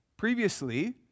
Previously